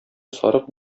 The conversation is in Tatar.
сарык